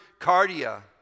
cardia